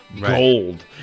gold